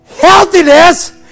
Healthiness